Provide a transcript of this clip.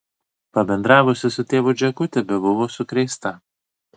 pabendravusi su tėvu džeku tebebuvo sukrėsta